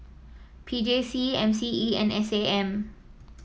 P J C M C E and S A M